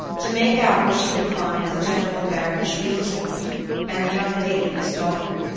to make out where she could find the general baron spielsdorf and the young lady his daughter,